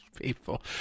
people